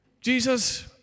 Jesus